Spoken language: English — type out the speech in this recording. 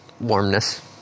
warmness